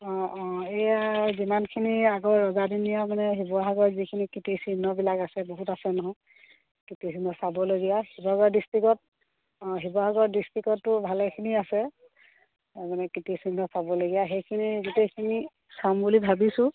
অঁ অঁ এইয়া যিমানখিনি আগৰ ৰজাদিনীয়া মানে শিৱসাগৰ যিখিনি কীৰ্তিচিহ্নবিলাক আছে বহুত আছে নহয় কীৰ্তিচিহ্ন চাবলগীয়া শিৱসাগৰ ডিষ্ট্ৰিকত অঁ শিৱসাগৰ ডিষ্ট্ৰিকতো ভালেখিনি আছে মানে কীৰ্তিচিহ্ন চাবলগীয়া সেইখিনি গোটেইখিনি চাম বুলি ভাবিছোঁ